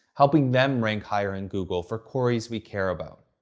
helping them rank higher in google for queries we care about.